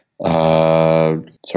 Sorry